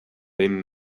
then